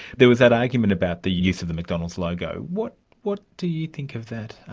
there was that argument about the use of the mcdonald's logo. what what do you think of that